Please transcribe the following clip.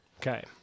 Okay